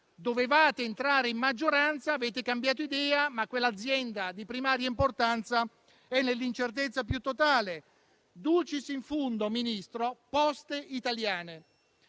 dovevate entrare in maggioranza, ma avete cambiato idea e quell'azienda di primaria importanza è nell'incertezza più totale. *Dulcis in fundo*, Ministro, Poste Italiane